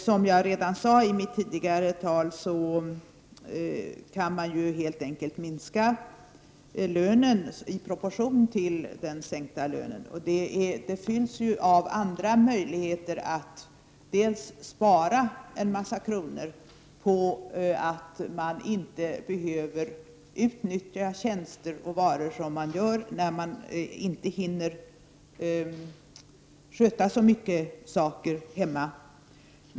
Som jag redan sagt i mitt tidigare tal, kan man helt enkelt minska lönen i proportion till den sänkta arbetstiden. Bortfallet fylls av andra möjligheter. Man kan spara många kronor på att inte behöva utnyttja tjänster och varor på samma sätt som man gör när man inte hinner sköta så många saker hemma.